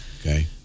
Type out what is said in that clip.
Okay